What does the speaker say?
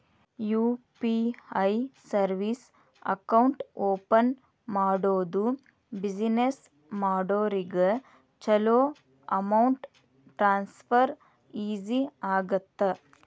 UPI service account open ಮಾಡೋದು business ಮಾಡೋರಿಗ ಚೊಲೋ ಅಮೌಂಟ್ ಟ್ರಾನ್ಸ್ಫರ್ ಈಜಿ ಆಗತ್ತ